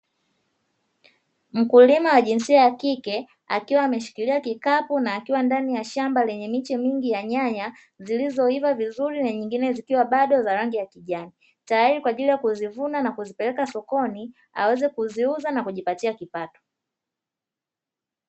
Mkulima wa jinsia ya kike akiwa ameshikilia kikapu na akiwa kwenye shamba lenye miche mingi ya nyanya, zilizoiva vizuri na zingine bado zikiwa za rangi ya kijani, tayari kwa ajili ya kuzivuna na kuzipeleka sokoni aweze kuziuza na kujipatia kipato.